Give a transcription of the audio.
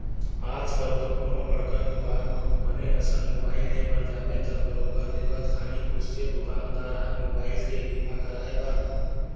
आजकल तो कोनो बड़का दुकान म बने असन मुबाइल ले बर जाबे त बरोबर लेवत खानी पूछथे दुकानदार ह मुबाइल के बीमा कराय बर